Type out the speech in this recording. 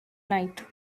night